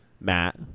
Matt